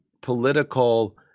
political